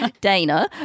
Dana